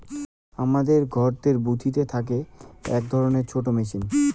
হামাদের ঘরতের বুথিতে থাকি আক ধরণের ছোট মেচিন